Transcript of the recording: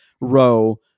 row